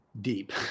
deep